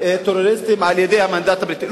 טרוריסטים על-ידי המנדט הבריטי.